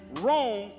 wrong